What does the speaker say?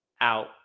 out